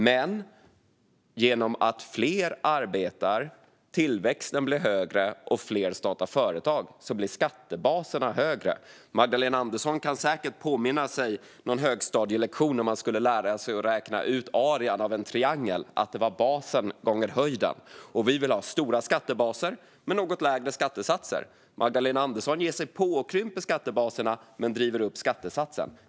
Men genom att fler arbetar, tillväxten blir högre och fler startar företag blir skattebaserna större. Magdalena Andersson kan säkert påminna sig någon högstadielektion där man skulle lära sig att räkna ut arean av en triangel. Det var basen gånger höjden. Vi vill ha stora skattebaser men något lägre skattesatser. Magdalena Andersson ger sig på och krymper skattebaserna men driver upp skattesatsen.